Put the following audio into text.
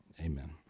Amen